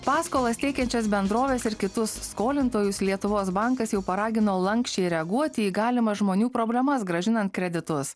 paskolas teikiančias bendroves ir kitus skolintojus lietuvos bankas jau paragino lanksčiai reaguoti į galimas žmonių problemas grąžinant kreditus